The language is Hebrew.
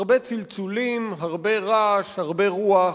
הרבה צלצולים, הרבה רעש, הרבה רוח,